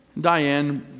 Diane